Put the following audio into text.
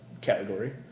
category